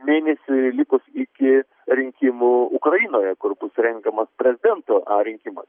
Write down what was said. mėnesiui likus iki rinkimų ukrainoje kur bus renkamas prezidento rinkimas